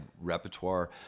repertoire